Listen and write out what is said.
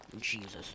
Jesus